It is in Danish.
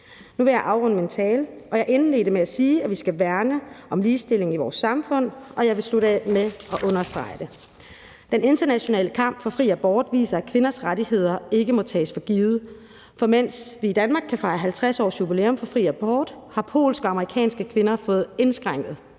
Nu vil jeg afrunde min tale. Jeg indledte med at sige, at vi skal værne om ligestillingen i vores samfund, og jeg vil slutte af med at understrege det. Den internationale kamp for fri abort viser, at kvinders rettigheder ikke må tages for givet, for mens vi i Danmark kan fejre 50-årsjubilæum for fri abort, har polske og amerikanske finder kvinder fået indskrænket